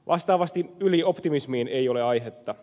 vastaavasti ylioptimismiin ei ole aihetta